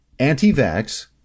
Anti-vax